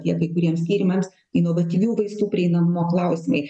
tiek kai kuriems tyrimams inovatyvių vaistų prieinamumo klausimai